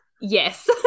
yes